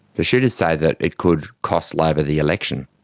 the shooters say that it could cost labor the election.